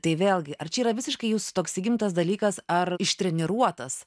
tai vėlgi ar čia yra visiškai jūs toks įgimtas dalykas ar ištreniruotas